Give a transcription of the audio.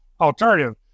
alternative